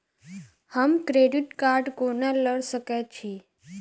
हम credit card कोना लऽ सकै छी?